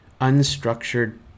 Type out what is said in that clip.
unstructured